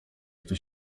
kto